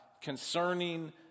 concerning